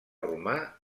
romà